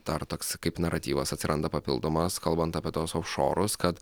dar taks kaip naratyvas atsiranda papildomas kalbant apie tuos ofšorus kad